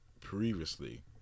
previously